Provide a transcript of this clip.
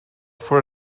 for